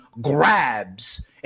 grabs